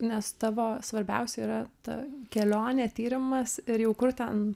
nes tavo svarbiausia yra ta kelionė tyrimas ir jau kur ten